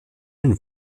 den